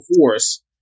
force